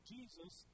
Jesus